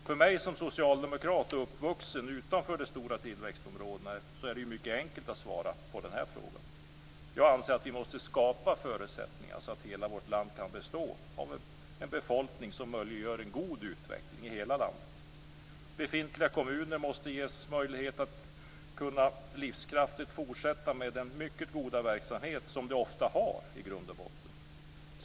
För mig som socialdemokrat och uppvuxen utanför de stora tillväxtområdena är det mycket enkelt att svara på den frågan. Jag anser att vi måste skapa förutsättningar så att hela vårt land kan bestå av en befolkning som möjliggör en god utveckling i hela landet. Befintliga kommuner måste ges möjlighet att livskraftigt fortsätta med den mycket goda verksamhet som de ofta i grund och botten har.